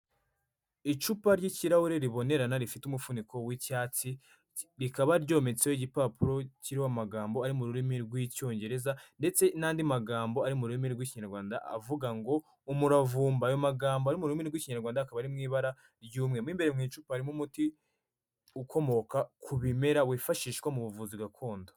Icupa ry'ikirahure ribonerana rifite umuvufuniko w'icyatsi rikaba ryometseho igipapuro kiriho amagambo ari mu rurimi rw'icyongereza ndetse n'andi magambo ari mu rurimi rw'ikinyarwanda avuga ngo umuravumba, ayo magambo ari mu rurimi rw'ikinyarwanda akaba ari mu ibara ry'umweru imbere mu icupa harimo umuti ukomoka ku bimera wifashishwa mu buvuzi gakondo.